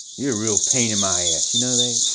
you're a real pain in my ass, you know that?